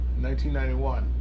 1991